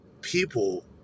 people